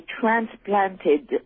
transplanted